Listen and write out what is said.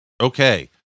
Okay